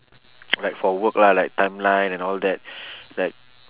like for work lah like timeline and all that like